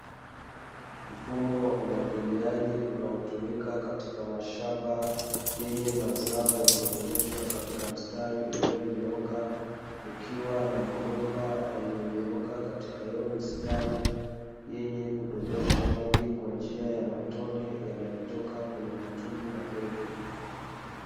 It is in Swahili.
Mfumo wa umwagiliaji unaotumika katika mashamba yenye mazao yaliooteshwa katika mstari ulionyooka, kukiwa na mabomba yaliyonyooka katika hiyo mistari yenye kudondosha maji kwa njia ya matone yanayotoka kwenye matundu madogo.